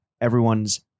everyone's